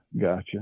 gotcha